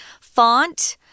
Font